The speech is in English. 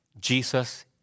Jesus